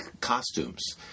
costumes